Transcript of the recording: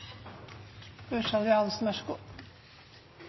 Ørsal Johansen